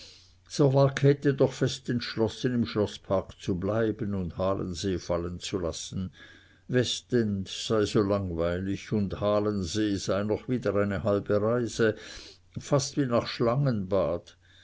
so war käthe doch fest entschlossen im schloßpark zu bleiben und halensee fallenzulassen westend sei so langweilig und halensee sei noch wieder eine halbe reise fast wie nach schlangenbad